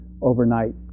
overnight